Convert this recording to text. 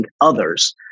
others